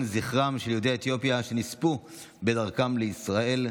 זכרם של יהודי אתיופיה שנספו בדרכם לישראל.